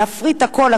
להפריט הכול,